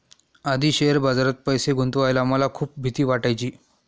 आधी शेअर बाजारात पैसे गुंतवायला मला खूप भीती वाटायची